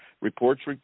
Reports